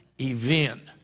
event